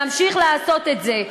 להמשיך לעשות את זה.